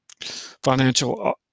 Financial